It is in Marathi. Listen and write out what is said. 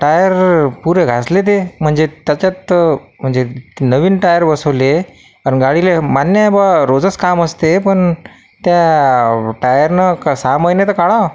टायर पूरे घासले ते म्हणजे त्याच्यात म्हणजे नवीन टायर बसवले आणि गाडीले मान्य आहे बुवा रोजच काम असते पण त्या टायरनं क सहा महिने तर काढावं